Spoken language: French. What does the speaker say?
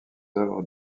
œuvres